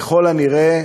ככל הנראה,